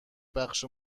بخش